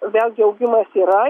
vėlgi augimas yra